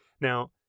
Now